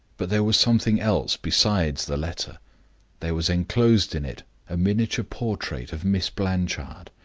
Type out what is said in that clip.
but there was something else besides the letter there was inclosed in it a miniature portrait of miss blanchard.